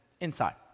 inside